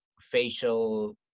facial